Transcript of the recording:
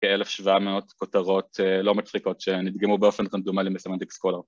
כ-1700 כותרות לא מצחיקות שנדגמו באופן רנדומלי בסמנטיק סקולר